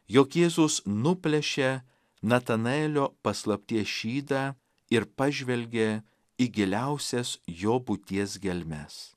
jog jėzus nuplėšia natanaelio paslapties šydą ir pažvelgė į giliausias jo būties gelmes